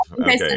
Okay